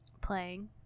playing